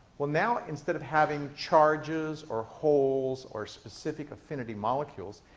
well, now, instead of having charges, or holes, or specific affinity molecules,